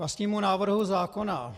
K vlastnímu návrhu zákona.